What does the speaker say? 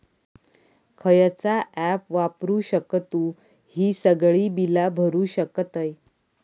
खयचा ऍप वापरू शकतू ही सगळी बीला भरु शकतय?